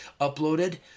uploaded